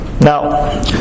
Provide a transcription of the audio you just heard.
Now